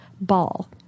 ball